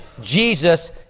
Jesus